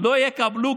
לא יקבלו,